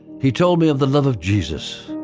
he told me of the love of jesus,